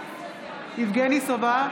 יבגני סובה,